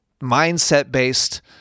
mindset-based